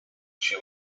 she